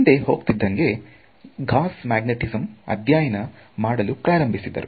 ಮುಂದೆ ಹೋಗ್ತಿದ್ದಂಗೆ Gauss magnetism ಅಧ್ಯಯನ ಮಾಡಲು ಪ್ರಾರಂಭಿಸಿದರು